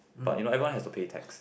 but you know everyone has to pay tax